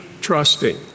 trusting